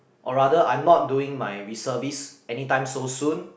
or rather I'm not doing my reservist anytime so soon